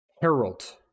Harold